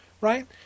right